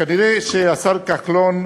כנראה השר כחלון,